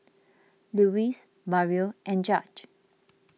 Louise Mario and Judge